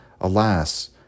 alas